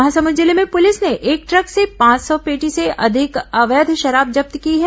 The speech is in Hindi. महासमुंद जिले में पुलिस ने एक ट्रक से पांच सौ पेटी से अधिक अवैध शराब जब्त की है